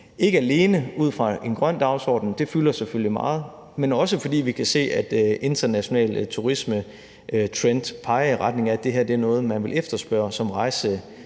ikke alene ud fra en grøn dagsorden – det fylder selvfølgelig meget – men også fordi vi kan se, at trenden i international turisme peger i retning af, at det her er noget, som man også vil efterspørge som en